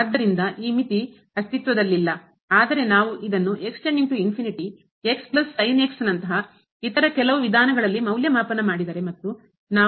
ಆದ್ದರಿಂದ ಈ ಮಿತಿ ಅಸ್ತಿತ್ವದಲ್ಲಿಲ್ಲ ಆದರೆ ನಾವು ಇದನ್ನು ನಂತಹ ಇತರ ಕೆಲವು ವಿಧಾನಗಳಲ್ಲಿ ಮೌಲ್ಯಮಾಪನ ಮಾಡಿದರೆ ಮತ್ತು ನಾವು